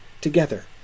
together—